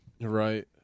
Right